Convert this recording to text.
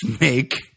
make